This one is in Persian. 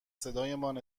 صدایمان